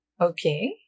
Okay